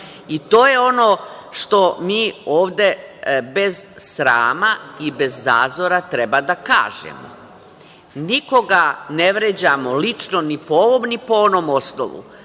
To je ono što mi ovde bez srama i bez zazora treba da kažemo. Nikoga ne vređamo lično, ni po onom ni po ovom osnovu,